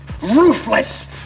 ruthless